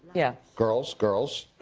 yeah. girls, girls,